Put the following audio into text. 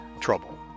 Trouble